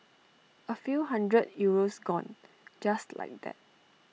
A few hundred euros gone just like that